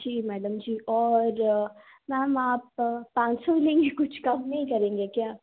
जी madam जी और ma'am आप पाँच सौ हीं लेंगी कुछ कम नहीं करेंगी क्या